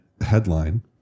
headline